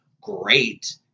great